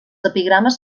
epigrames